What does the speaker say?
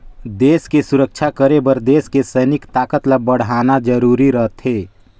देस के सुरक्छा करे बर देस के सइनिक ताकत ल बड़हाना जरूरी रथें